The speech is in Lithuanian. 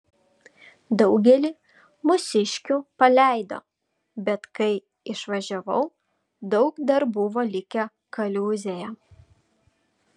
daugelį mūsiškių paleido bet kai išvažiavau daug dar buvo likę kaliūzėje